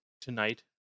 tonight